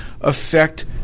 affect